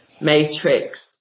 Matrix